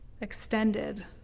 extended